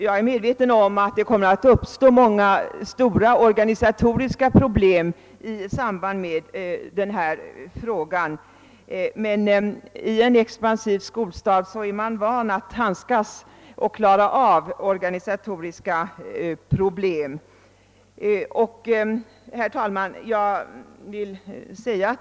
Jag är medveten om att det givetvis kommer att uppstå många organisatoriska problem i detta sammanhang, men sådana problem är man van att handskas med och klara av i en expansiv skolstad.